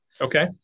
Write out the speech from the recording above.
Okay